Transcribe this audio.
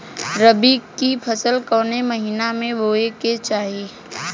रबी की फसल कौने महिना में बोवे के चाही?